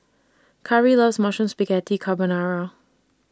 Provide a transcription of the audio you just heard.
Khari loves Mushroom Spaghetti Carbonara